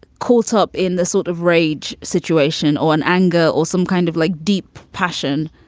caught up in the sort of rage situation or an anger or some kind of like deep passion,